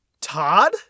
Todd